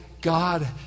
God